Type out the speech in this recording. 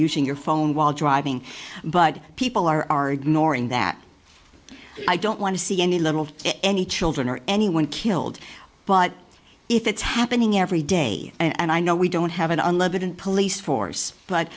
using your phone while driving but people are ignoring that i don't want to see any level of any children or anyone killed but if it's happening every day and i know we don't have an unlimited police force but